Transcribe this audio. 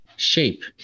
shape